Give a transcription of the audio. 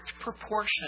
proportion